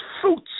fruits